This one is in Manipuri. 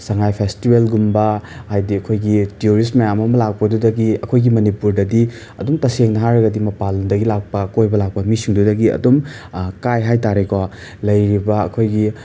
ꯁꯉꯥꯏ ꯐꯦꯁꯇꯤꯚꯦꯜꯒꯨꯝꯕ ꯍꯥꯏꯗꯤ ꯑꯩꯈꯣꯏꯒꯤ ꯇꯨꯔꯤꯁ ꯃꯌꯥꯝ ꯑꯃ ꯂꯥꯛꯄꯗꯨꯗꯒꯤ ꯑꯩꯈꯣꯏꯒꯤ ꯃꯅꯤꯄꯨꯔꯗꯗꯤ ꯑꯗꯨꯝ ꯇꯁꯦꯡꯅ ꯍꯥꯏꯔꯒꯗꯤ ꯃꯄꯥꯜꯗꯒꯤ ꯂꯥꯛꯄ ꯀꯣꯏꯕ ꯂꯥꯛꯄ ꯃꯤꯁꯤꯡꯗꯨꯗꯒꯤ ꯑꯗꯨꯝ ꯀꯥꯏ ꯍꯥꯏ ꯇꯥꯔꯦꯀꯣ ꯂꯩꯔꯤꯕ ꯑꯩꯈꯣꯏꯒꯤ